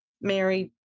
Mary